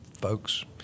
folks